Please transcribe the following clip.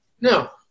Now